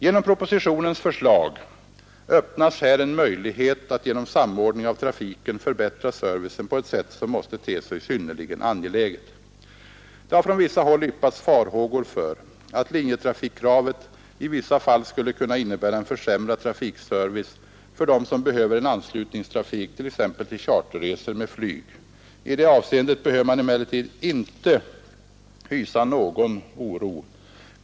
Genom propositionens förslag öppnas här en möjlighet att genom samordning av trafiken förbättra servicen på ett sätt som måste te sig synnerligen angeläget. Det har från vissa håll yppats farhågor för att linjetrafikkravet i vissa fall skulle kunna innebära en försämrad trafikservice för dem som behöver t.ex. en anslutningstrafik till charterresor med flyg. I detta avseende behöver man emellertid inte hysa någon oro.